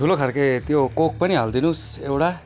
ठुलो खलाको त्यो कोक पनि हालिदिनुहोस् एउटा